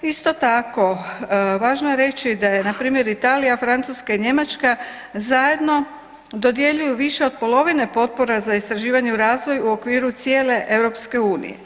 Isto tako važno je reći da je npr. Italija, Francuska i Njemačka zajedno dodjeljuju više od polovine potpora za istraživanje u razvoj u okviru cijele EU.